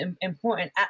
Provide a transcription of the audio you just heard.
important